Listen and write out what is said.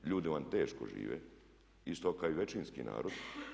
Ljudi vam teško žive isto kao i većinski narod.